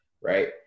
right